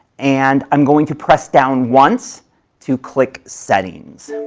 and i'm going to press down once to click settings.